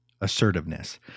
assertiveness